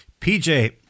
PJ